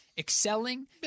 excelling